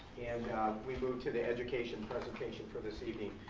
we move to the education presentation for this evening.